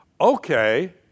okay